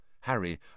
Harry